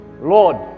lord